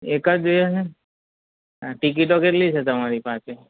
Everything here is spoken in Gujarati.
એક જ જોઈએ છે ટિકિટો કેટલી છે તમારી પાસે